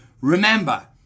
Remember